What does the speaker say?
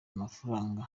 amafaranga